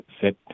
set